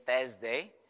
Thursday